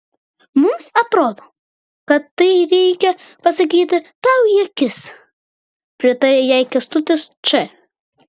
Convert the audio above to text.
mums atrodo kad tai reikia pasakyti tau į akis pritarė jai kęstutis č